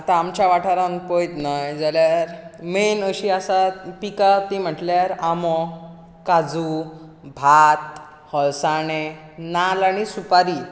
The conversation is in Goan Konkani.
आतां आमच्या वाठारांत पयत न्हय जाल्यार मेन अशीं आसात पिकां तीं म्हटल्यार आंबो काजू भात अळसांदे नाल्ल आनी सुपारी